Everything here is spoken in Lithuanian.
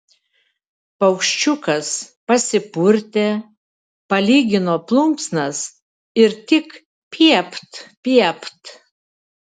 paukščiukas pasipurtė palygino plunksnas ir tik piept piept